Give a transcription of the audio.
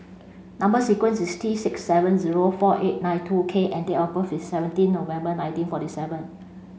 number sequence is T six seven zero four eight nine two K and date of birth is seventeen November nineteen forty seven